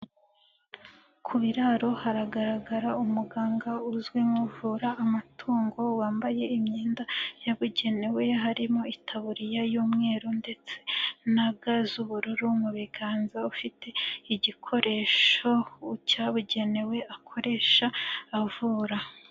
Ku biraro haragaragara umuganga uzwi nk'uvura amatungo wambaye imyenda yabugenewe, harimo itaburiya y'umweru ndetse na ga z'ubururu mu biganza, ufite igikoresho cyabugenewe akoresha avura.